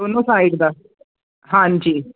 ਦੋਨੋ ਸਾਈਡ ਦਾ ਹਾਂਜੀ